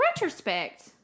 retrospect